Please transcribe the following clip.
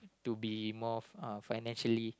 to be more uh financially